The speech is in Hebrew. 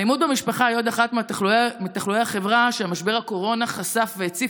האלימות במשפחה היא עוד אחד מתחלואי החברה שמשבר הקורונה חשף והציף.